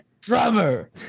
drummer